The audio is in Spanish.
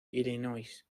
illinois